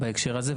בהקשר הזה.